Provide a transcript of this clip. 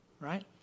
right